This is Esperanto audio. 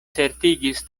certigis